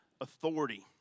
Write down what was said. authority